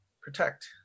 protect